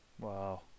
Wow